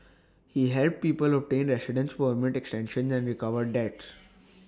he helped people obtain residence permit extensions and recovered debts